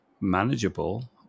manageable